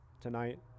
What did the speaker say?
tonight